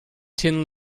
tin